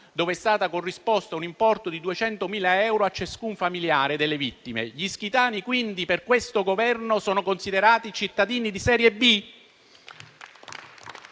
dove è stato corrisposto un importo di 200.000 euro a ciascun familiare delle vittime. Gli ischitani, quindi, per questo Governo sono considerati cittadini di serie B?